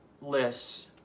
lists